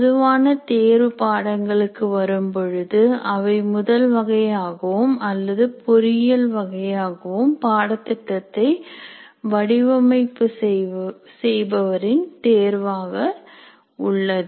பொதுவான தேர்வு பாடங்களுக்கு வரும் பொழுது அவை முதல் வகையாகவும் அல்லது பொறியியல் வகையாகவும் பாடத்திட்டத்தை வடிவமைப்பு செய்பவரின் தேர்வாக உள்ளது